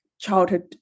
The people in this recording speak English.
childhood